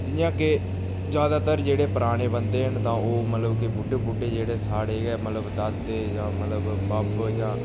जियां कि ज्यादातर जेह्ड़े पराने बंदे न तां ओह् मतलब कि बुड्डे बुड्डे जेह्ड़े साढ़े गै मतलब दादे जां मतलब बब्ब जां